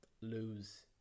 lose